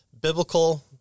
biblical